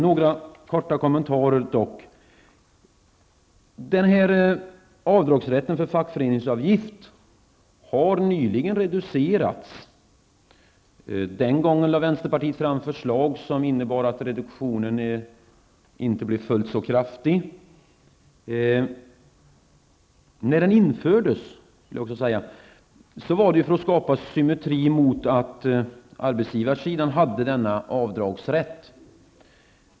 Jag vill dock göra några korta kommentarer. Avdragsrätten för fackföreningsavgifter har nyligen reducerats. Den gången lade vänsterpartiet fram förslag som innebar att reduktionen inte blev fullt så kraftig. Denna avdragsrätt infördes för att skapa symmetri mot att arbetsgivarsidan hade denna avdragsrätt.